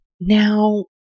Now